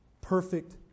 perfect